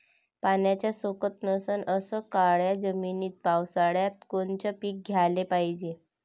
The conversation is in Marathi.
पाण्याचा सोकत नसन अशा काळ्या जमिनीत पावसाळ्यात कोनचं पीक घ्याले पायजे?